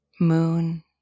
moon